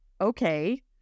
okay